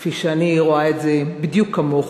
כפי שאני רואה את זה, בדיוק כמוך,